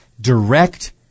direct